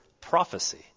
prophecy